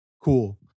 cool